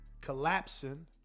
collapsing